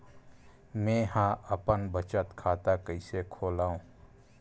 मेंहा अपन बचत खाता कइसे खोलव?